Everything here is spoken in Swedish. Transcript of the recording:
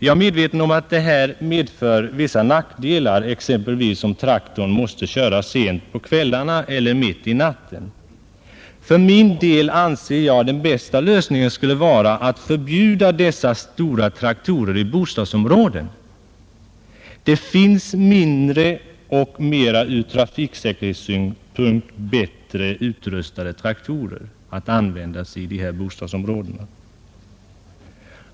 Jag är medveten om att detta medför vissa nackdelar, exempelvis om traktorn måste köras sent på kvällarna eller mitt i natten. För min del anser jag att den bästa lösningen skulle vara att förbjuda användning av dessa stora traktorer i bostadsområden. Det finns mindre och ur trafiksäkerhetssynpunkt bättre utrustade traktorer att använda inom bostadsområden.